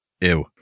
Ew